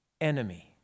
enemy